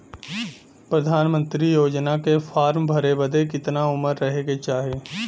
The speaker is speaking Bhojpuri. प्रधानमंत्री योजना के फॉर्म भरे बदे कितना उमर रहे के चाही?